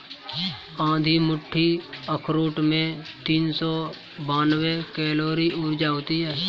आधी मुट्ठी अखरोट में तीन सौ बानवे कैलोरी ऊर्जा होती हैं